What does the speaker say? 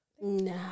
No